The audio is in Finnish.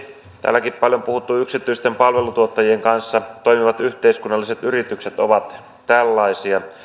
täälläkin paljon puhutut yksityisten palveluntuottajien kanssa toimivat yhteiskunnalliset yritykset ovat tällaisia